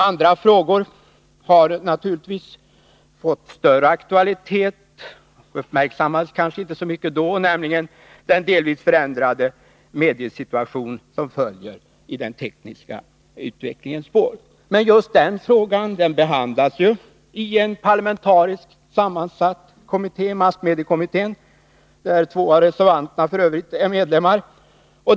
Andra frågor har naturligtvis fått större aktualitet — de uppmärksammades kanske inte så mycket då — såsom den delvis förändrade mediesituation som följer i den tekniska utvecklingens spår. Men just den frågan behandlas i en parlamentariskt sammansatt kommitté, massmediekommittén, där två av reservanterna f. ö. är medlemmar.